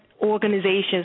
Organizations